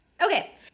Okay